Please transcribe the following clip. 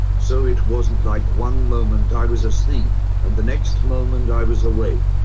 so it wasn't like one moment i was asleep and the next moment i was awake.